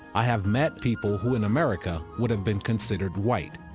i have met people who, in america, would have been considered white,